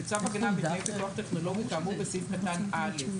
"בצו הגנה בתנאי פיקוח טכנולוגי כאמור בסעיף קטן (א)".